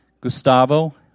Gustavo